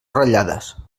ratllades